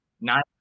nine